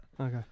Okay